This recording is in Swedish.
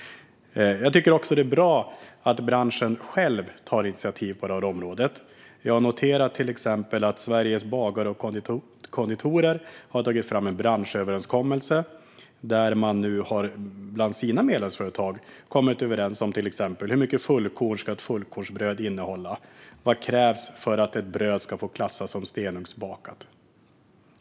Jag tycker också att det bra att branschen själv tar initiativ på området. Jag noterar till exempel att Sveriges bagare & konditorer har tagit fram en branschöverenskommelse där medlemsföretagen har kommit överens om till exempel hur mycket fullkorn ett fullkornsbröd ska innehålla och vad som krävs för att ett bröd ska få klassas som stenugnsbakat.